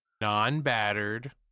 non-battered